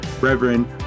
Reverend